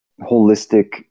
holistic